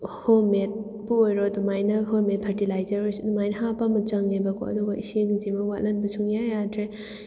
home ꯃꯦꯠꯕꯨ ꯑꯣꯏꯔꯣ ꯑꯗꯨꯃꯥꯏꯅ ꯍꯣꯝꯃꯦꯠ ꯐꯔꯇꯤꯂꯥꯏꯖꯔ ꯑꯣꯏꯔꯁꯨ ꯑꯗꯨꯃꯥꯏꯅ ꯍꯥꯞꯄ ꯑꯃ ꯆꯪꯉꯦꯕꯀꯣ ꯑꯗꯨꯒ ꯏꯁꯤꯡꯁꯤꯃ ꯋꯥꯠꯍꯟꯕ ꯁꯨꯡꯌꯥ ꯌꯥꯗ꯭ꯔꯦ